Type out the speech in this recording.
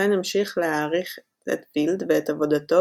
שופן המשיך להעריץ את פילד ואת עבודתו